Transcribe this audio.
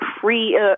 free